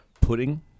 Pudding